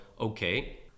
okay